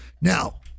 Now